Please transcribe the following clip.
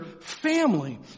family